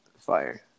fire